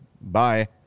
bye